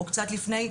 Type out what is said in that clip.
או קצת לפני,